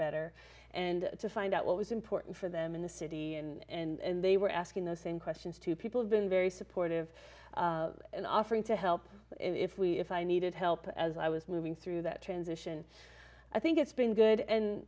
better and to find out what was important for them in the city and they were asking those same questions to people have been very supportive and offering to help if we if i needed help as i was moving through that transition i think it's been good